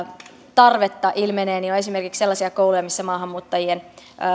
tarvetta ilmenee ja on esimerkiksi sellaisia kouluja missä maahanmuuttajien